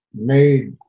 made